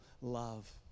love